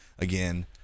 Again